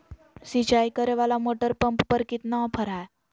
सिंचाई करे वाला मोटर पंप पर कितना ऑफर हाय?